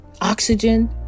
oxygen